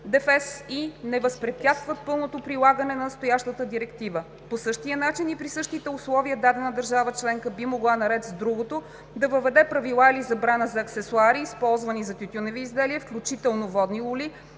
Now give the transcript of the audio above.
ДФЕС и не възпрепятстват пълното прилагане на настоящата директива. По същия начин и при същите условия дадена държава членка би могла, наред с другото, да въведе правила или забрана за аксесоари, използвани за тютюневи изделия, включително водни лули,